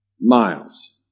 miles